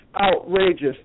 outrageous